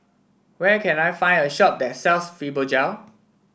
where can I find a shop that sells Fibogel